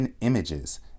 images